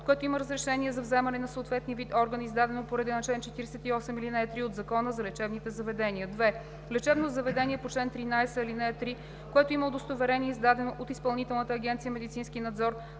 1, което има разрешение за вземане на съответния вид орган, издадено по реда на чл. 48, ал. 3 от Закона за лечебните заведения; 2. лечебно заведение по чл. 13, ал. 3, което има удостоверение, издадено от Изпълнителна агенция „Медицински надзор“